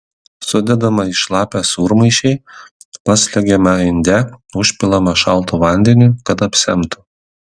sudedama į šlapią sūrmaišį paslegiama inde užpilama šaltu vandeniu kad apsemtų